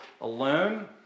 alone